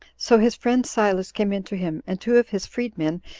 so his friend silas came in to him, and two of his freed-men,